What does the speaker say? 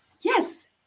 Yes